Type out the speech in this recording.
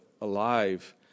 alive